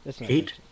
Eight